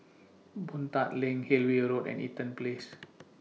Boon Tat LINK Hillview Road and Eaton Place